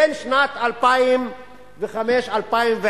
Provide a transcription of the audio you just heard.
בין שנת 2005 ל-2010